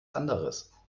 anderes